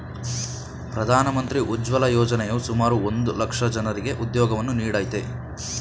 ಪ್ರಧಾನ ಮಂತ್ರಿ ಉಜ್ವಲ ಯೋಜನೆಯು ಸುಮಾರು ಒಂದ್ ಲಕ್ಷ ಜನರಿಗೆ ಉದ್ಯೋಗವನ್ನು ನೀಡಯ್ತೆ